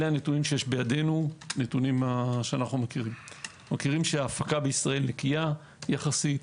אלה הנתונים שבדינינו, שההפקה בישראל נקייה יחסית.